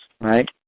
right